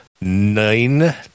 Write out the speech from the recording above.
nine